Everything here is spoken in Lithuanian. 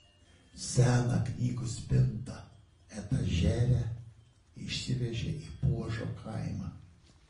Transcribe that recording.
seną knygų spintą etažerę išsivežė į puožo kaimą